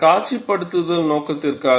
காட்சிப்படுத்தல் நோக்கத்திற்காக